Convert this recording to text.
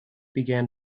began